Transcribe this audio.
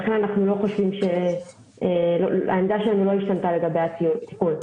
לכן העמדה שלנו לא השתנתה לגבי התיקון.